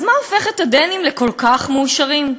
אז מה הופך את הדנים לכל כך מאושרים?